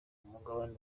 mugabane